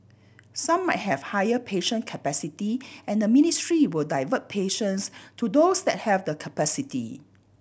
some might have higher patient capacity and the ministry will divert patients to those that have the capacity